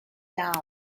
down